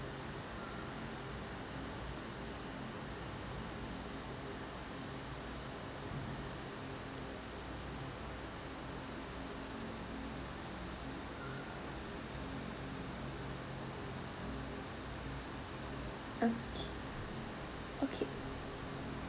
okay okay